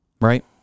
right